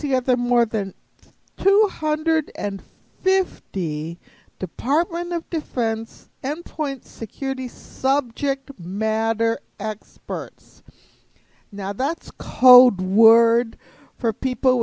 together more than two hundred and fifty department of defense and point security subject matter experts now that's cold word for people